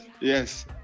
yes